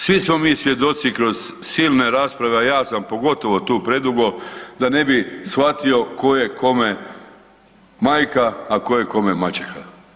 Svi smo mi svjedoci kroz silne rasprave, a ja sam pogotovo tu predugo da ne bi shvatio ko je kome majka, a ko je kome maćeha.